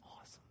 awesome